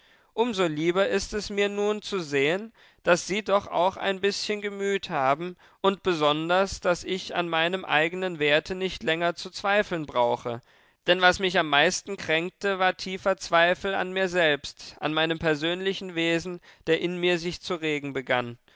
so lieber ist es mir nun zu sehen daß sie doch auch ein bißchen gemüt haben und besonders daß ich an meinem eigenen werte nicht länger zu zweifeln brauche denn was mich am meisten kränkte war tiefer zweifel an mir selbst an meinem persönlichen wesen der in mir sich zu regen begann